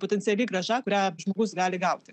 potenciali grąža kurią žmogus gali gauti